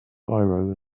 biro